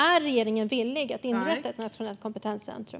Är regeringen villig att inrätta ett nationellt kompetenscentrum?